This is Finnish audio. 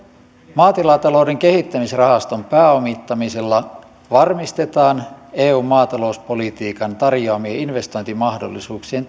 maatilatalouden kehittämisrahaston pääomittamisella varmistetaan eun maatalouspolitiikan tarjoamien investointimahdollisuuksien